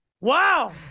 Wow